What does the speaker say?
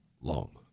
long